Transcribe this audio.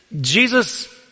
Jesus